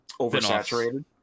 oversaturated